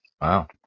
Wow